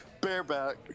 Bareback